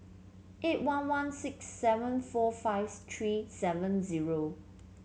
eight one one six seven four five three seven zero